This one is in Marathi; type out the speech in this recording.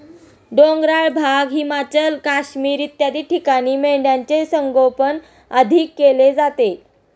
डोंगराळ भाग, हिमाचल, काश्मीर इत्यादी ठिकाणी मेंढ्यांचे संगोपन अधिक केले जाते